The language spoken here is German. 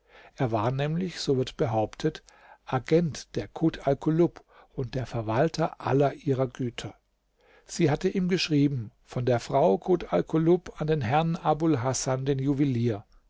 er war nämlich so wird behauptet agent der kut alkulub und der verwalter aller ihrer güter sie hatte ihm geschrieben von der frau kut alkulub an den herrn abul hasan den juwelier